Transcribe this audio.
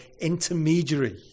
intermediary